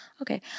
Okay